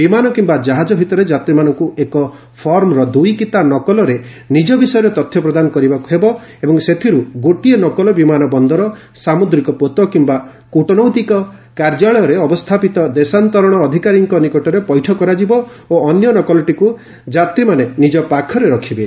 ବିମାନ କିମ୍ବା ଜାହାଜ ଭିତରେ ଯାତ୍ରୀମାନଙ୍କ ଏକ ଫର୍ମର ଦୁଇ କିତା ନକଲରେ ନିଜ ବିଷୟରେ ତଥ୍ୟ ପ୍ରଦାନ କରିବାକୁ ହେବ ଏବଂ ସେଥିର୍ ଗୋଟିଏ ନକଲ ବିମାନ ବନ୍ଦର ସାମୁଦ୍ରିକ ପୋତ କିମ୍ବା କ୍ରଟନୈତିକ କାର୍ଯ୍ୟାଳୟରେ ଅବସ୍ଥାପିତ ଦେଶାନ୍ତରଣ ଅଧିକାରୀଙ୍କ ନିକଟରେ ପୈଠ କରାଯିବ ଓ ଅନ୍ୟ ନକଲଟିକୁ ଯାତ୍ରୀମାନେ ନିଜ ପାଖରେ ରଖିବେ